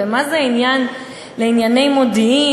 ומה זה המשרד לענייני מודיעין?